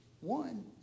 One